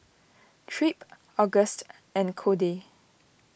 Tripp Auguste and Codey